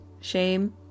shame